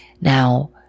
Now